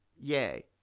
Yay